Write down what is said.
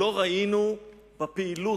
לא ראינו בפעילות